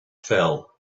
fell